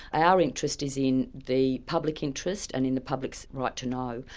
our interest is in the public interest and in the public's right to know.